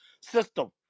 system